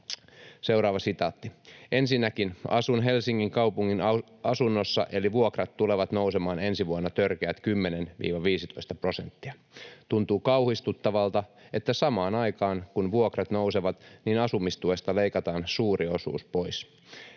varat pienenevät.” ”Ensinnäkin asun Helsingin kaupungin asunnossa, eli vuokrat tulevat nousemaan ensi vuonna törkeät 10—15 prosenttia. Tuntuu kauhistuttavalta, että samaan aikaan kun vuokrat nousevat, niin asumistuesta leikataan suuri osuus pois.